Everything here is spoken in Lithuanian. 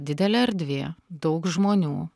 didelė erdvė daug žmonių